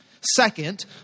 Second